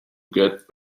get